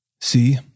See